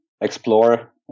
explore